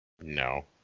No